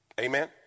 Amen